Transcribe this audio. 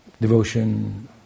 devotion